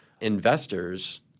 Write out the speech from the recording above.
investors